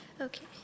Okay